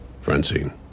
Francine